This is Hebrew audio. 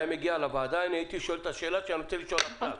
אם היה מגיע לוועדה הייתי שואל את השאלה שאני רוצה לשאול עכשיו.